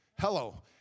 Hello